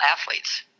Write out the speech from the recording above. athletes